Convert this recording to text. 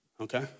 Okay